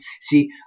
See